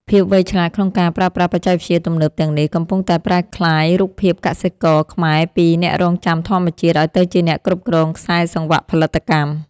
ភាពវៃឆ្លាតក្នុងការប្រើប្រាស់បច្ចេកវិទ្យាទំនើបទាំងនេះ កំពុងតែប្រែក្លាយរូបភាពកសិករខ្មែរពី អ្នករង់ចាំធម្មជាតិឱ្យទៅជាអ្នកគ្រប់គ្រងខ្សែសង្វាក់ផលិតកម្ម។